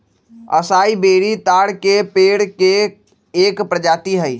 असाई berry ताड़ के पेड़ के एक प्रजाति हई